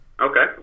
Okay